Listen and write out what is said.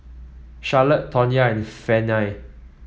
Charlotte Tonya and Fannye